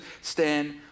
stand